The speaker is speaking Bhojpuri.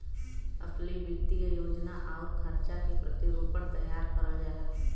असली वित्तीय योजना आउर खर्चा के प्रतिरूपण तैयार करल जाला